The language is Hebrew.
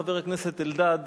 חבר הכנסת אלדד